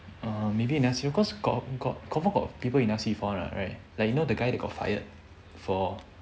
uh maybe you never see her cause got got confirm got people you never see before one ah right like you know the guy they got fired for